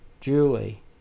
Julie